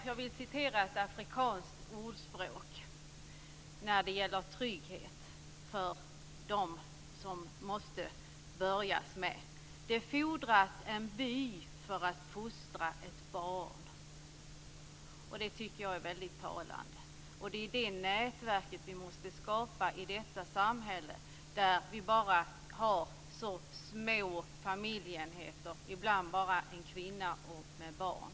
Jag ska referera ett afrikanskt ordspråk när det gäller trygghet: Det fordras en by för att fostra ett barn. Det tycker jag är väldigt talande. Det är det nätverket som vi måste skapa i detta samhälle där vi har så små familjeenheter, ibland bestående av bara en kvinna med barn.